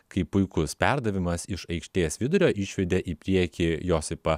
kai puikus perdavimas iš aikštės vidurio išvedė į priekį josipą